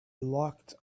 locked